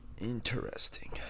Interesting